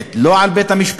סומכת לא על בית-המשפט,